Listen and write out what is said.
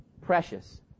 Precious